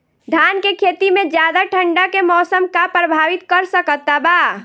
धान के खेती में ज्यादा ठंडा के मौसम का प्रभावित कर सकता बा?